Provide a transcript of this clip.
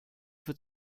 für